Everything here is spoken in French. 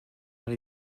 elle